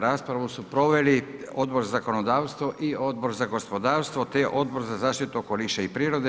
Raspravu su proveli Odbor za zakonodavstvo i Odbor za gospodarstvo te Odbor za zaštitu okoliša i prirode.